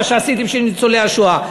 מה עשיתי בשביל ניצולי השואה.